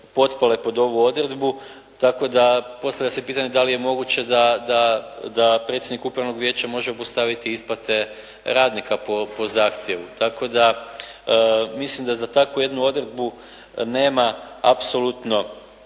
potpale pod ovu odredbu tako da postavlja se pitanje da li je moguće da predsjednik Upravnog vijeća može obustaviti isplate radnika po zahtjevu. Tako da mislim da za takvu jednu odredbu nema apsolutno